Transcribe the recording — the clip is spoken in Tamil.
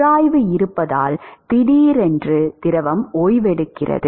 உராய்வு இருப்பதால் திடீரென்று திரவம் ஓய்வெடுக்கிறது